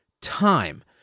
time